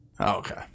Okay